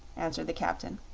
answered the captain.